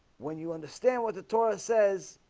when you understand what the torah says?